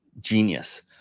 genius